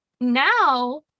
Now